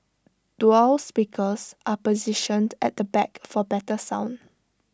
dual speakers are positioned at the back for better sound